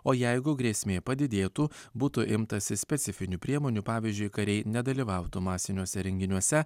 o jeigu grėsmė padidėtų būtų imtasi specifinių priemonių pavyzdžiui kariai nedalyvautų masiniuose renginiuose